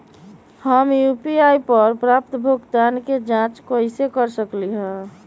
हम यू.पी.आई पर प्राप्त भुगतान के जाँच कैसे कर सकली ह?